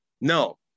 no